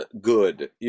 good